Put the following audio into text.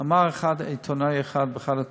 אמר עיתונאי אחד באחת התוכניות,